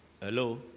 hello